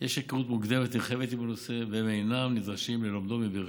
יש היכרות מוקדמת נרחבת עם הנושא והם אינם נדרשים ללומדו מבראשית,